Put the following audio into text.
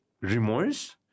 remorse